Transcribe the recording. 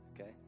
okay